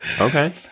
Okay